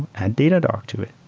add data dock to it.